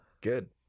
Good